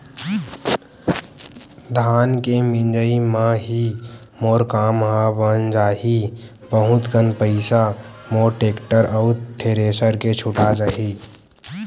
धान के मिंजई म ही मोर काम ह बन जाही बहुत कन पईसा मोर टेक्टर अउ थेरेसर के छुटा जाही